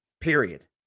period